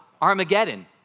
Armageddon